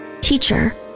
Teacher